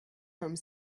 home